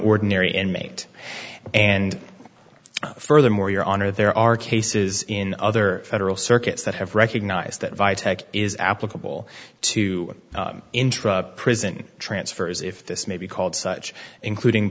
ordinary inmate and furthermore your honor there are cases in other federal circuits that have recognized that via text is applicable to intra prison transfer as if this may be called such including